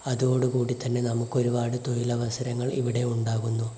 അതോടുകൂടി തന്നെ നമുക്ക് ഒരുപാട് തൊഴിലവസരങ്ങൾ ഇവിടെയുണ്ടാകുന്നു